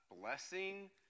blessing